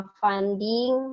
funding